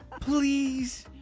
Please